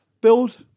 build